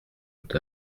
tout